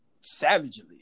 savagely